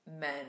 men